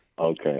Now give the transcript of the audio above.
Okay